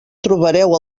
trobareu